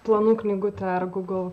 planų knygutę ar gūgl